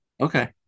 Okay